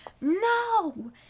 No